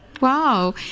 Wow